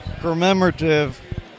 commemorative